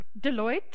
Deloitte